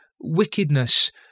wickedness